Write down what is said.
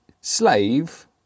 slave